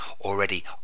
already